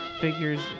figures